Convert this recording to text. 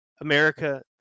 America